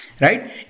Right